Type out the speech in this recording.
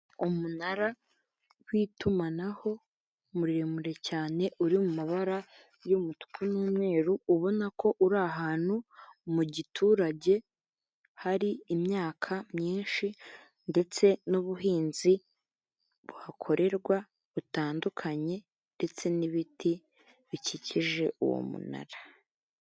Umunara w'itumanaho muremure cyane uri mu mabara y'umutuku n'umweru ubona ko uri ahantu mu giturage hari imyaka myinshi ndetse n'ubuhinzi buhakorerwa butandukanye ndetse n'ibiti bikikije uwo munara.